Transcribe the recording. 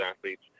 athletes